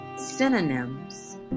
Synonyms